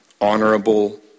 honorable